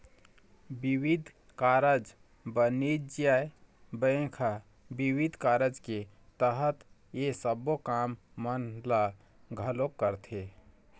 बिबिध कारज बानिज्य बेंक ह बिबिध कारज के तहत ये सबो काम मन ल घलोक करथे